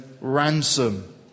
ransom